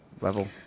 level